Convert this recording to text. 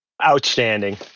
Outstanding